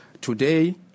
Today